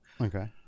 Okay